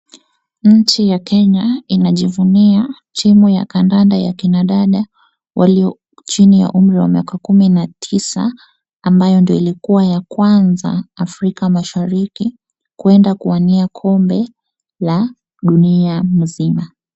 Nchi ya Kenya inajivunia timu ya kandanda ya kina dada walio chini ya umri wa miaka kumi na tisa ambayo ndo ilikuwa ya kwanza Afrika, mashariki kuenda kuwania kombe la dunia mzima.